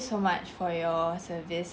~o much for your service